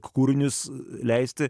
kūrinius leisti